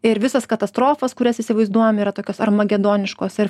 ir visas katastrofas kurias įsivaizduojam yra tokios armagedoniškos ir